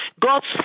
God's